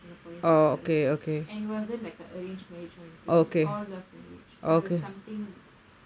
singaporean sisters and it wasn't like a arranged marriage or anything it was all love marriage so it was something